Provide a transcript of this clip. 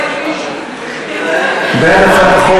בטח שצריך,